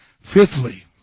Fifthly